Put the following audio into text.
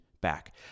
back